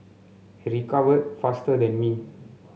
he recovered faster than me